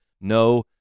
no